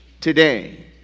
today